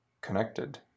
connected